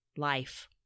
Life